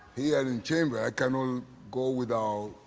the and and chamber, i cannot um go without